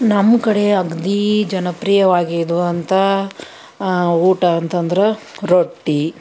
ನಮ್ಮ ಕಡೆ ಅಗದಿ ಜನಪ್ರಿಯವಾಗಿರುವಂಥ ಊಟ ಅಂತಂದ್ರೆ ರೊಟ್ಟಿ